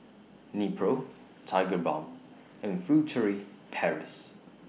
Nepro Tigerbalm and Furtere Paris